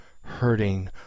hurting